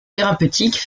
thérapeutiques